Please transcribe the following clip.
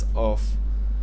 of